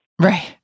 Right